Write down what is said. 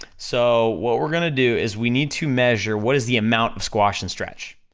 so, what we're gonna do is we need to measure, what is the amount of squash and stretch?